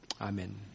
Amen